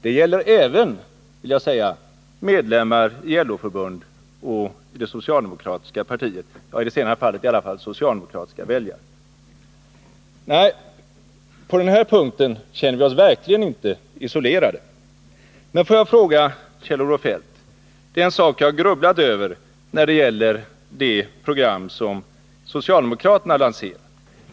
Det gäller även, vill jag säga, medlemmar i LO-förbund och i det socialdemokratiska partiet — i det senare fallet åtminstone socialdemokratiska väljare. Nej, på den punkten känner vi oss verkligen inte isolerade. Men, Kjell-Olof Feldt, får jag säga några ord om en sak som jag grubblat över när det gäller det program som socialdemokraterna lanserat.